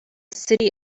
city